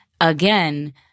again—